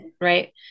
right